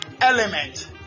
element